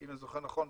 אם אני זוכר נכון,